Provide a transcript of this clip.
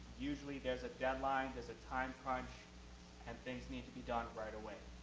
usually there's a deadline, there's a time crunch and things need to be done right away.